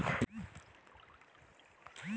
NBFC లలో భీమా సేవలు అందుబాటులో ఉంటాయా?